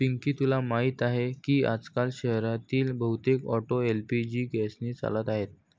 पिंकी तुला माहीत आहे की आजकाल शहरातील बहुतेक ऑटो एल.पी.जी गॅसने चालत आहेत